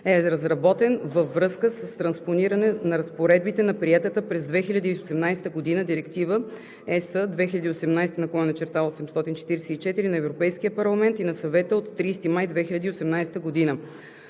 е разработен във връзка с транспониране на разпоредбите на приетата през 2018 г. Директива (ЕС) 2018/844 на Европейския парламент и на Съвета от 30 май 2018 година.